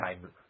time